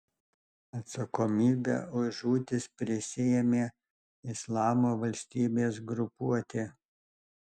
atsakomybę už žūtis prisiėmė islamo valstybės grupuotė